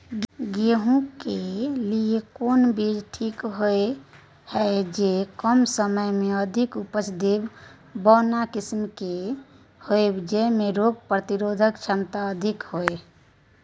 गेहूं के लिए कोन बीज ठीक होय हय, जे कम समय मे अधिक उपज दे, बौना किस्म के होय, जैमे रोग प्रतिरोधक क्षमता अधिक होय?